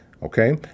Okay